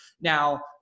Now